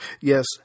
Yes